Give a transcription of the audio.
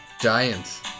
Giants